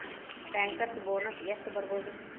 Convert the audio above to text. Bankers bonus ಎಷ್ಟ್ ಬರ್ಬಹುದು?